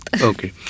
Okay